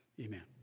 amen